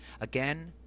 again